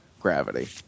gravity